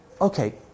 okay